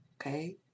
Okay